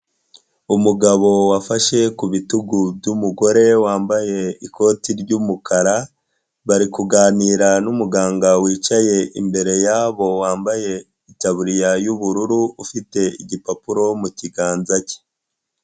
Umugabo wafashe ku bitugu by'umugore wambaye ikoti ry'umukara bari kuganira n'umuganga wicaye imbere yabo wambaye itaburiya y'ubururu ufite igipapuro mu kiganza cye.